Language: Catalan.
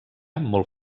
molt